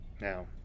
Now